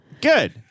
Good